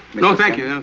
no, thank you.